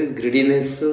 greediness